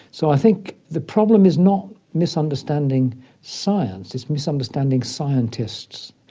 so i think the problem is not misunderstanding science, it's misunderstanding scientists,